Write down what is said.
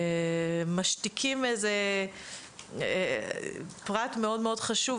אנחנו משתיקים איזה פרט מאוד-מאוד חשוב,